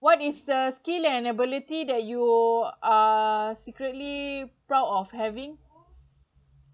what is the skill and ability that you are secretly proud of having